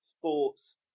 Sports